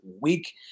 week